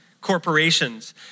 Corporations